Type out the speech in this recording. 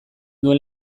duen